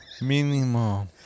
Mínimo